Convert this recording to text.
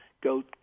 go